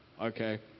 okay